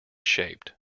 shaped